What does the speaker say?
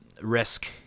risk